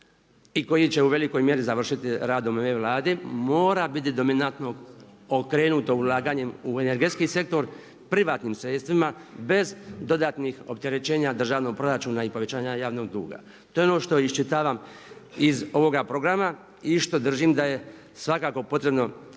i koji će u velikoj mjeri završiti radom ove Vlade, mora biti dominantno okrenuto ulaganjem u energetski sektor privatnim sredstvima bez dodatnih opterećenja državnog proračuna i povećanja javnog duga. To je ono što iščitavam iz ovoga programa i što držim da je svakako potrebno